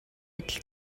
адил